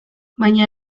baina